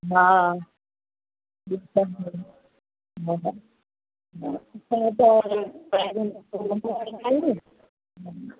हा